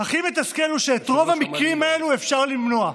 הכי מתסכל הוא שאת רוב המקרים האלה אפשר למנוע,